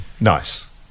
nice